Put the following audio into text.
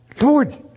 Lord